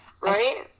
Right